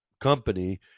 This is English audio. company